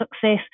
success